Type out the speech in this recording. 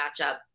matchup